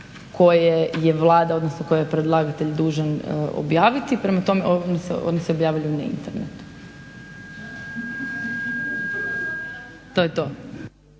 koje je Vlada, odnosno koje je predlagatelj dužan objaviti. Prema tome, oni se objavljuju na internetu. To je to.